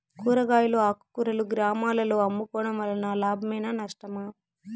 కూరగాయలు ఆకుకూరలు గ్రామాలలో అమ్ముకోవడం వలన లాభమేనా నష్టమా?